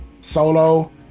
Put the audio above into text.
Solo